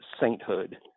sainthood